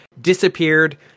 disappeared